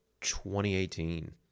2018